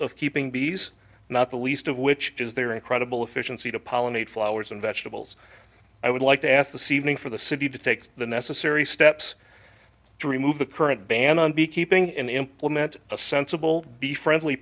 of keeping bees not the least of which is their incredible efficiency to pollinate flowers and vegetables i would like to ask the ceiling for the city to take the necessary steps to remove the current ban on beekeeping and implement a sensible be friendly